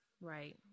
Right